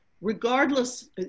regardless